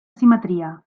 simetria